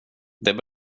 det